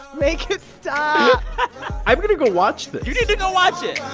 make it stop i'm going to go watch this you need to go watch it